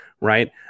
right